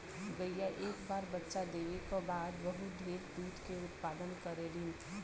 गईया एक बार बच्चा देवे क बाद बहुत ढेर दूध के उत्पदान करेलीन